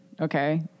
okay